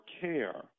care